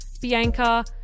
Bianca